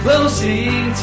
Closing